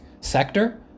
sector